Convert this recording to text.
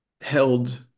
held